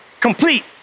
complete